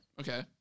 Okay